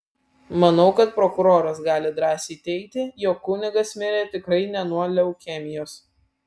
manau kad prokuroras gali drąsiai teigti jog kunigas mirė tikrai ne nuo leukemijos